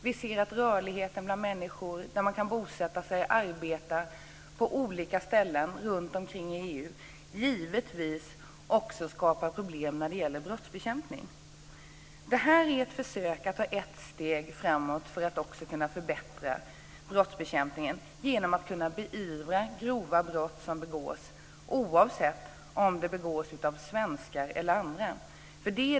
Vi ser att rörligheten bland människor, att man kan bosätta sig och arbeta på olika ställen runtomkring i EU, givetvis också skapar problem när det gäller brottsbekämpning. Det här är ett försök att ta ett steg framåt för att också kunna förbättra brottsbekämpningen genom att kunna beivra grova brott som begås, oavsett om de begås av svenskar eller andra.